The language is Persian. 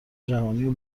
جهانیو